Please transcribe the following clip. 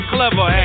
Clever